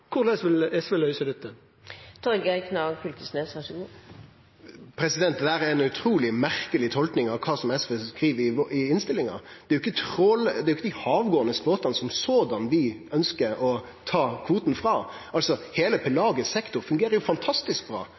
Korleis vil SV løyse dette? Dette er ei utruleg merkeleg tolking av det SV skriv i innstillinga. Det er jo ikkje dei havgåande båtane i seg sjølve vi ønskjer å ta kvotane frå. Heile den pelagiske sektoren fungerer jo fantastisk bra.